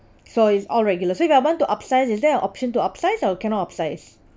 so it's all regular so if I want to upsize is there an option to upsize or cannot upsize